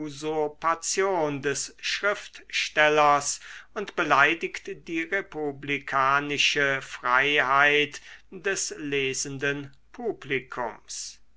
usurpation des schriftstellers und beleidigt die republikanische freiheit des lesenden publikums